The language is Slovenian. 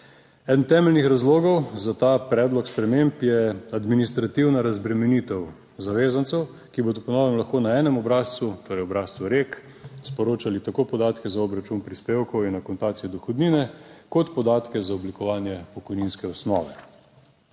Eden temeljnih razlogov za ta predlog sprememb je administrativna razbremenitev zavezancev, ki bodo po novem lahko na enem obrazcu, torej obrazcu REK, sporočali tako podatke za obračun prispevkov in akontacijo dohodnine kot podatke za oblikovanje pokojninske osnove.